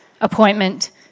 appointment